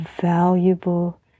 valuable